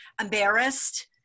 embarrassed